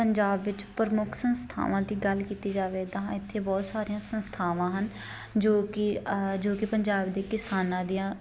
ਪੰਜਾਬ ਵਿੱਚ ਪ੍ਰਮੁੱਖ ਸੰਸਥਾਵਾਂ ਦੀ ਗੱਲ ਕੀਤੀ ਜਾਵੇ ਤਾਂ ਇੱਥੇ ਬਹੁਤ ਸਾਰੀਆਂ ਸੰਸਥਾਵਾਂ ਹਨ ਜੋ ਕਿ ਜੋ ਕਿ ਪੰਜਾਬ ਦੇ ਕਿਸਾਨਾਂ ਦੀਆਂ